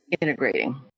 integrating